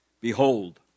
Behold